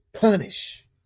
punish